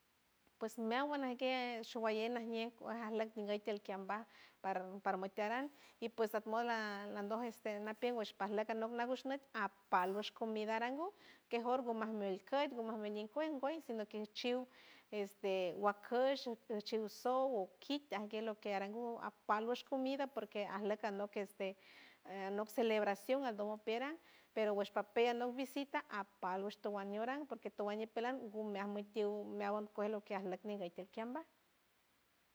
Pues meawand naguey shuguayey najñe arlok ninguey tial kiamba paran para niacaran y pues almoda nandol este napiel wesh parlot nagush apalush comida arangu mejor gumal coit gumal ñuga kinchiu este guacosh o kit alkield lo que arangu apalush comida porque arlok arlok este anok celebración aldom operant pero wash papeles visita apaluch towand ñiuran porque towand nipeland guman nantield meawand lo que arlok tiold lo que tialcambaj.